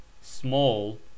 Small